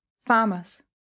farmers